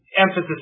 emphasis